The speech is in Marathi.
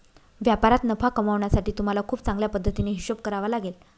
व्यापारात नफा कमावण्यासाठी तुम्हाला खूप चांगल्या पद्धतीने हिशोब करावा लागेल